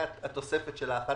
והתוספת של 11